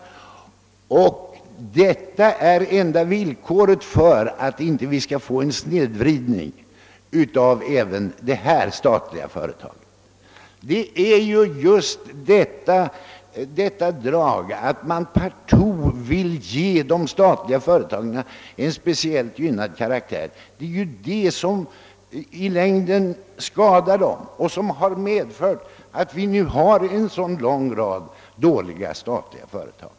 Ett kvarhållande av SRA i fri konkurrens är ett villkor för att vi inte skall få en snedvridning även av detta statliga företag. Det är just detta drag — att man partout vill ge de statliga företagen en speciellt gynnad karaktär — som i längden skadar dem och som gjort att vi nu har en så stor mängd dåliga statliga företag.